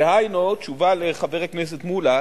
דהיינו, תשובה לחבר הכנסת מולה: